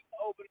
Open